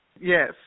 Yes